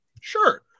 sure